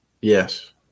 Yes